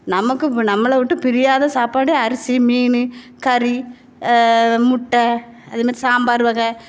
நமக்கு நம்மளை விட்டு பிரியாத சாப்பாடு அரிசி மீன் கறி முட்டை அது என்ன சாம்பார் வகை